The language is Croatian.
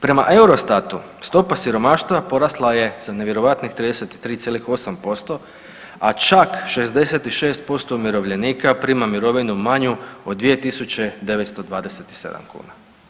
Prema Eurostatu stopa siromaštva porasla je za nevjerojatnih 33,8%, a čak 66% umirovljenika prima mirovinu manju od 2.927 kuna.